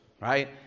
right